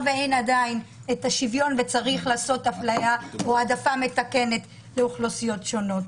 שעדיין יש צורך בהעדפה מתקנת לאוכלוסיות שונות.